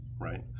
right